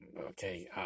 Okay